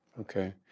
okay